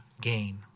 gain